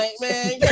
man